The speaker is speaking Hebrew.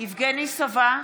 יבגני סובה,